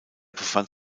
befand